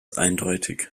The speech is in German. eindeutig